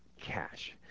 cash